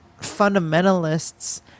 fundamentalists